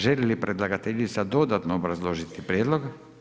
Želi li predlagateljica dodatno obrazložiti prijedlog?